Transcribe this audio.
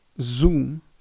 Zoom